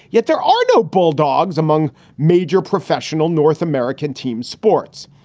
yet there are no bulldogs among major professional north american team sports.